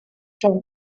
tom